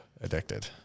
addicted